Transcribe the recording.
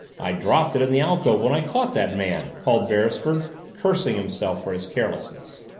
i dropped it in the alcove when i caught that man, called beresford, cursing himself for his carelessness.